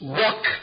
work